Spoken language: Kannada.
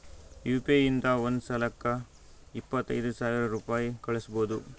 ಯು ಪಿ ಐ ಇಂದ ಒಂದ್ ಸಲಕ್ಕ ಇಪ್ಪತ್ತೈದು ಸಾವಿರ ರುಪಾಯಿ ಕಳುಸ್ಬೋದು